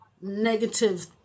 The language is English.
negative